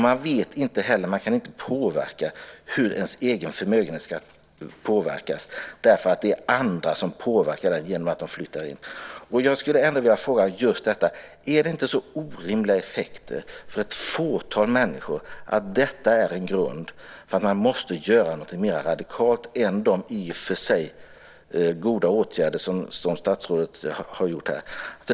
Man kan inte påverka den egna förmögenhetsskatten. Det är andra som påverkar den genom att de flyttar in. Är det inte så orimliga effekter för ett fåtal människor att detta är en grund för att man måste göra någonting mera radikalt än de i och för sig goda åtgärder som statsrådet vidtagit här?